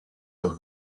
all